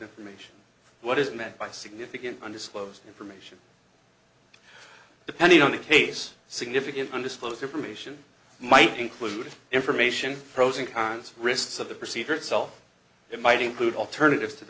information what is meant by significant undisclosed information depending on the case significant undisclosed information might include information pros and cons risks of the procedure itself it might include alternatives to the